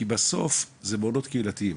כי בסוף זה מעונות קהילתיים,